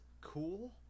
cool